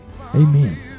amen